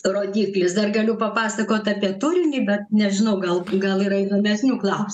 rodiklis dar galiu papasakot apie turinį bet nežinau gal gal yra įdomesnių klaus